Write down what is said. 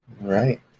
Right